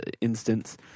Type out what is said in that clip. instance